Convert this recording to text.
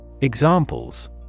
Examples